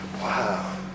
wow